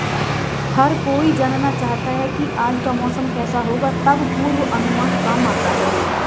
हर कोई जानना चाहता है की आज का मौसम केसा होगा तब पूर्वानुमान काम आता है